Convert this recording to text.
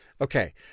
Okay